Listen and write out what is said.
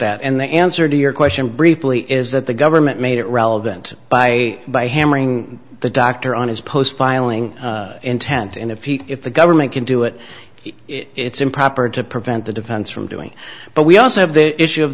that and the answer to your question briefly is that the government made it relevant by by hammering the doctor on his post filing intent and if he if the government can do it it's improper to prevent the defense from doing but we also have the issue of